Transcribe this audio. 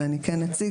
אבל אני כן אציג.